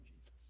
Jesus